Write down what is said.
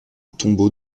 tombeau